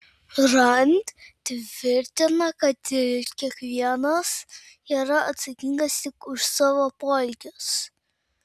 rand tvirtina kad kiekvienas yra atsakingas tik už savo poelgius